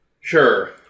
Sure